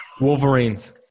Wolverines